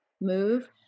move